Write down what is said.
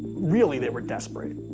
really, they were desperate.